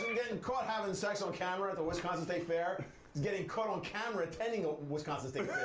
getting caught having sex on camera at the wisconsin state fair, getting caught on camera attending a wisconsin state